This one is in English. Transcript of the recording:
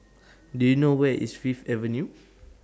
Do YOU know Where IS Fifth Avenue